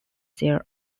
their